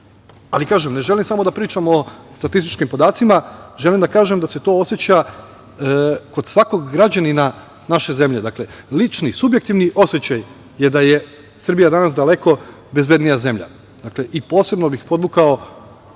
ali ne želim samo da pričam o statističkim podacima. Želim da kažem da se to oseća kod svakog građanina naše zemlje. Dakle, lični subjektivni osećaj je da je Srbija danas daleko bezbednija zemlja. Dakle, i posebno bih podvukao